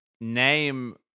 name